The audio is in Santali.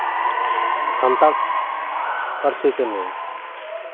ᱥᱟᱱᱛᱟᱲ ᱯᱟᱹᱨᱥᱤ ᱠᱟᱹᱱᱟᱹᱧ